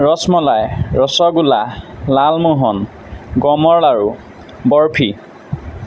ৰছমলাই ৰসগোল্লা লালমোহন গমৰ লাড়ু বৰ্ফি